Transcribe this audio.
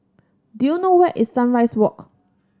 do you know where is Sunrise Walk